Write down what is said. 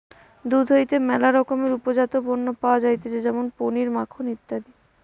দুধ হইতে ম্যালা রকমের উপজাত পণ্য পাওয়া যাইতেছে যেমন পনির, মাখন ইত্যাদি